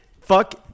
Fuck